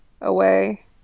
away